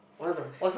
one of them